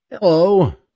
hello